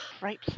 Right